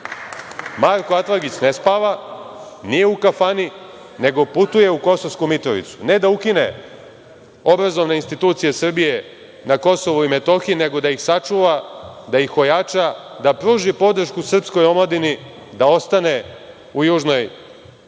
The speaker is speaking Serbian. Marko Atlagić ne spava, nije u kafani, nego putuje u Kosovsku Mitrovicu, ne da ukine obrazovne institucije Srbije na Kosovu i Metohiji, nego da ih sačuva, da ih ojača, a pruži podršku srpskoj omladini da ostane u južnoj